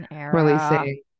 releasing